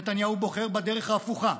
נתניהו בוחר בדרך ההפוכה.